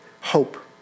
hope